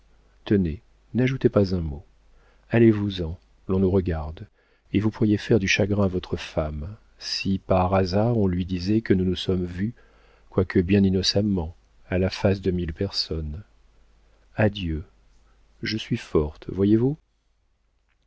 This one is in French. n'ajoutez pas un mot allez-vous-en l'on nous regarde et vous pourriez faire du chagrin à votre femme si par hasard on lui disait que nous nous sommes vus quoique bien innocemment à la face de mille personnes adieu je suis forte voyez-vous